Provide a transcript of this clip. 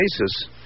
basis